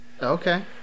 Okay